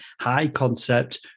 high-concept